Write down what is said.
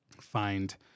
find